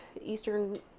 Eastern